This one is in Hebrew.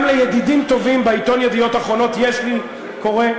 גם לידידים טובים בעיתון "ידיעות אחרונות" קורה,